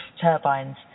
turbines